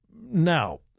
Now